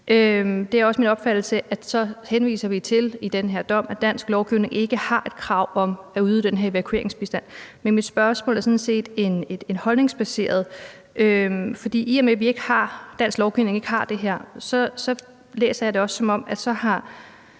Det er også min opfattelse, at så henviser vi i den her dom til, at dansk lovgivning ikke har et krav om at yde den her evakueringsbistand. Men mit spørgsmål er sådan holdningsbaseret. I og med at dansk lovgivning ikke har det her, læser jeg det også, som om den her